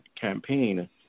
campaign